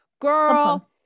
girl